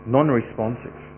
Non-responsive